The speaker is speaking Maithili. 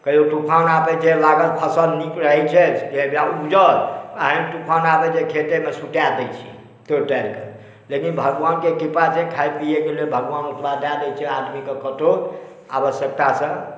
कहियो तुफान आबै छै लागल फसल नीक रहै छै एकदम उजर एहन तुफान आबै छै जे सुता दै छै तोड़ि ताड़ कऽ लेकिन भगवानके कृपा छै खाए पियै केँ लेल भगवान ओतना दऽ दै छै आदमीके आवश्यकतासँ